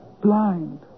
blind